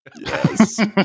Yes